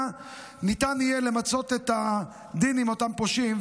ניתן יהיה למצות את הדין עם אותם פושעים.